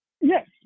Yes